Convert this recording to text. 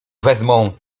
wezmą